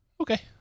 Okay